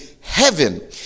heaven